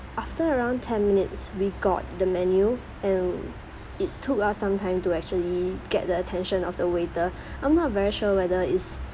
after around ten minutes we got the menu and it took us some time to actually get the attention of the waiter I'm not very sure whether is